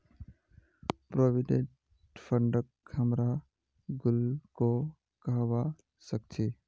provident फंडक हमरा गुल्लको कहबा सखछी